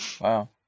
Wow